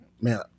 Man